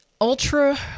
Ultra